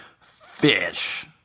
fish